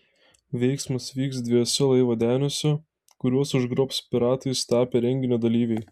veiksmas vyks dviejuose laivo deniuose kuriuos užgrobs piratais tapę renginio dalyviai